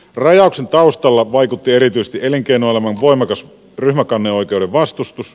rajauksen taustalla vaikutti erityisesti elinkeinoelämän voimakas ryhmäkanneoikeuden vastustus